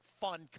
fun